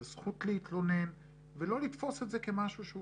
זו זכות להתלונן ולא לתפוס את זה כמשהו שהוא